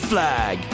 Flag